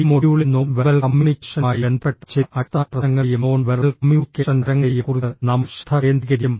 ഈ മൊഡ്യൂളിൽ non verbal കമ്മ്യൂണിക്കേഷനുമായി ബന്ധപ്പെട്ട ചില അടിസ്ഥാന പ്രശ്നങ്ങളെയും നോൺ വെർബൽ കമ്മ്യൂണിക്കേഷൻ തരങ്ങളെയും കുറിച്ച് നമ്മൾ ശ്രദ്ധ കേന്ദ്രീകരിക്കും